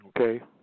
Okay